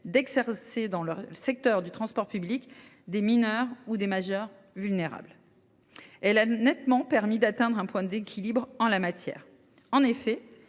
d’exercer dans le secteur du transport public des mineurs ou des majeurs vulnérables. Votre commission a su atteindre un net point d’équilibre en la matière. En effet,